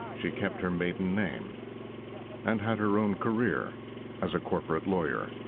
she kept her maiden name yeah but and had her own career as a corporate lawyer.